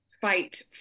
fight